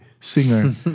singer